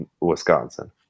Wisconsin